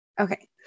Okay